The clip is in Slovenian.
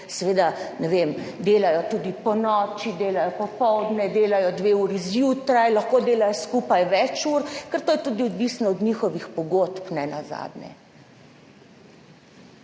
seveda, ne vem, delajo tudi ponoči, delajo popoldne, delajo dve uri zjutraj, lahko delajo skupaj več ur, ker je to nenazadnje tudi odvisno od njihovih pogodb, ampak